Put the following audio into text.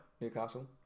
Newcastle